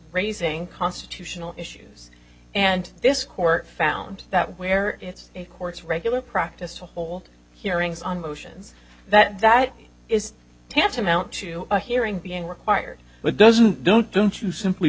raising constitutional issues and this court found that where it's or it's regular practice to hold hearings on motions that that is tantamount to a hearing being required but doesn't don't don't you simply